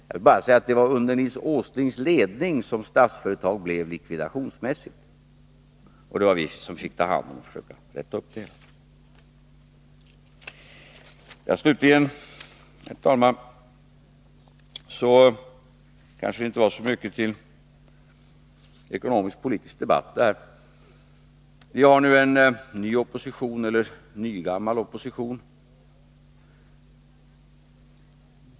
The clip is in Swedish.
Det var under Nils Åslings ledning som Statsföretag blev likvidationsmässigt, och det var vi som fick ta hand om det och försöka reda upp det. Det här har kanske inte varit så mycket till ekonomisk-politisk debatt. Vi har nu en nygammal opposition.